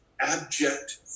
abject